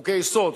חוקי-יסוד,